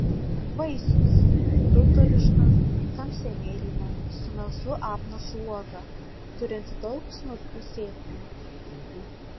vaisius rutuliška tamsiai mėlyna su melsvu apnašu uoga turinti daug smulkių sėklų